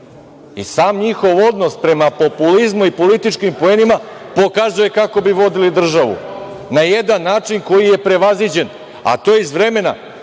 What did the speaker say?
I sam njihov odnos prema populizmu i populističkim poenima pokazuje kako bi vodili državu, na jedan način koji je prevaziđen, a to je iz vremena